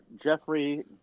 Jeffrey